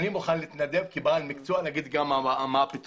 אני מוכן להתנדב כבעל מקצוע לומר גם מה הפתרונות.